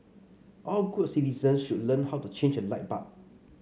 all good citizens should learn how to change a light bulb